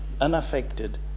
unaffected